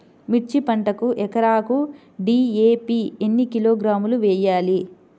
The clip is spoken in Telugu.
మిర్చి పంటకు ఎకరాకు డీ.ఏ.పీ ఎన్ని కిలోగ్రాములు వేయాలి?